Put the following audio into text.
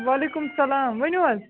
وعلیکُم السلام ؤنِو حظ